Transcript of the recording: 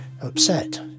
upset